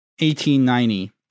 1890